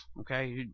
okay